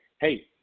hey